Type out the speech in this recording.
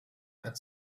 and